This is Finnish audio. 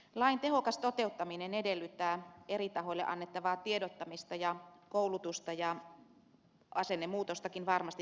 lain tehokas toteuttaminen edellyttää eri tahoille annettavaa tiedottamista ja koulutusta ja asennemuutostakin varmasti tarvitaan